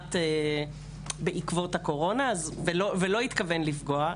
החל"ת בעקבות הקורונה, ולא התכוון לפגוע.